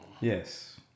yes